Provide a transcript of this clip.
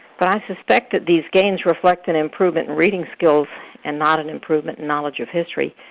but i suspect that these gains reflect an improvement in reading skills and not an improvement in knowledge of history.